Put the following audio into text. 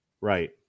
right